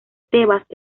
tebas